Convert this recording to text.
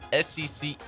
SEC